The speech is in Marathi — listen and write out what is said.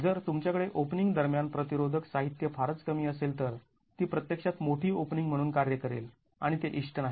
जर तुमच्याकडे ओपनिंग दरम्यान प्रतिरोधक साहित्य फारच कमी असेल तर ती प्रत्यक्षात मोठी ओपनिंग म्हणून कार्य करेल आणि ते इष्ट नाही